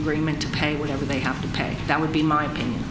agreement to pay whatever they have to pay that would be my pain